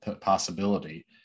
possibility